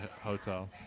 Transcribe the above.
hotel